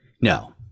no